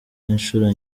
inshuro